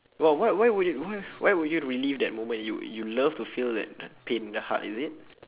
but what why would it why why would you relive that moment you you love to feel that uh pain in the heart is it